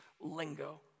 lingo